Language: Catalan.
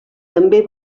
també